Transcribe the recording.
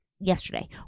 yesterday